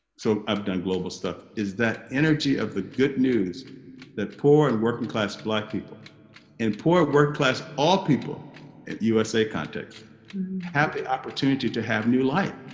so i've done global stuff is that energy of the good news that poor and working-class black people and poor working class all people in the usa context have the opportunity to have new life!